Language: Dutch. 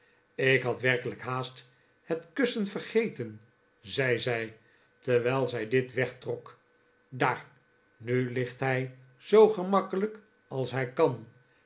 ik had werkelijk haast het kussen vergeten zei zij terwijl zij dit wegtrok daar nu ligt hij zoo gemakkelijk als hij kan